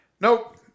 Nope